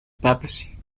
papacy